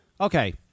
okay